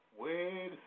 Wait